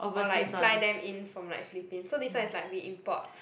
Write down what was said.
or like fly them in from like Philippines so this one is like we import